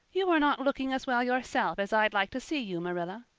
you are not looking as well yourself as i'd like to see you, marilla.